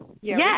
Yes